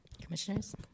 Commissioners